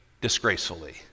disgracefully